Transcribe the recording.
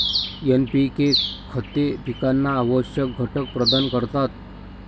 NPK खते पिकांना आवश्यक घटक प्रदान करतात